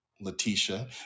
Letitia